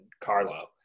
Carlo